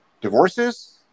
divorces